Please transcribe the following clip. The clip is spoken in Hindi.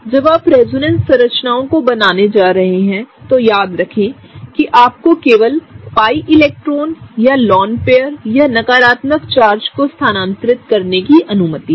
जब आप रेजोनेंस संरचनाओं को बनाने जा रहे हैं तो याद रखें कि आपको केवल पाई इलेक्ट्रॉनों या लोन पेयर या नकारात्मक चार्ज को स्थानांतरित करने की अनुमति है